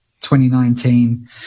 2019